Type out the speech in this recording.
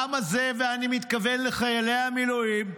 העם הזה, ואני מתכוון לחיילי המילואים,